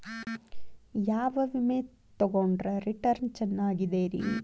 ಯಾವ ವಿಮೆ ತೊಗೊಂಡ್ರ ರಿಟರ್ನ್ ಚೆನ್ನಾಗಿದೆರಿ?